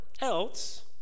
else